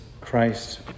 Christ